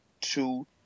two